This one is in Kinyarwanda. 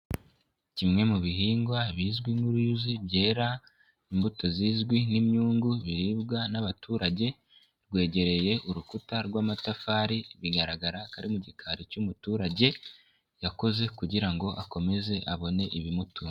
Kimwe mu bihingwa bizwi nk'uruyuzi byera imbuto zizwi nk'inyungu biribwa n'abaturage, rwegereye urukuta rw'amatafari, bigaragara ko ari mu gikari cy'umuturage yakoze kugira ngo akomeze abone ibimutunga.